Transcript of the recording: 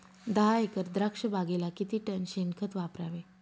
दहा एकर द्राक्षबागेला किती टन शेणखत वापरावे?